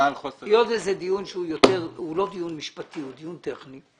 היות וזה דיון שהוא לא דיון משפטי אלא הוא דיון טכני,